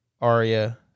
Arya